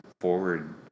forward